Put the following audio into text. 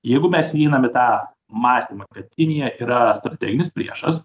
jeigu mes įeinam į tą mąstymą kad kinija yra strateginis priešas